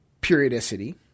periodicity